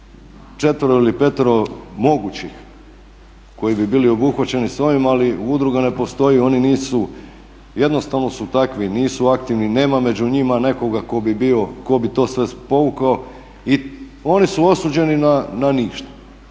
4 ili 5 mogućih koji bi bili obuhvaćeni s ovim ali udruga ne postoji, oni nisu, jednostavno su takvi, nisu aktivni, nema među njima nekoga ko bi bio, ko bi to sve povukao i oni su osuđeni na ništa.